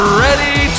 ready